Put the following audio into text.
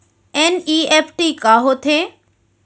NEFT का होथे?